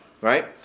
Right